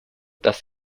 dass